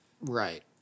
Right